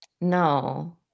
No